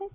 S